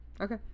Okay